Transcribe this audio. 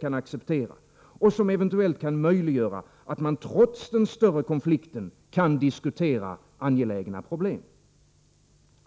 kan «cceptera och som eventuellt möjliggör att man trots den större konflikten kan diskutera angelägna problem.